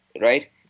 Right